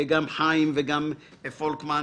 גם חיים וגם פולקמן.